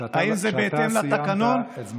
שאתה סיימת את זמנך.